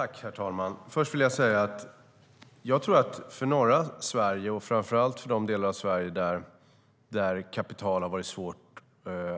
Herr talman! Först vill jag säga att för norra Sverige, och framför allt för de delar av Sverige där det har varit svårt